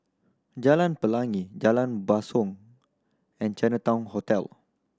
Jalan Pelangi Jalan Basong and Chinatown Hotel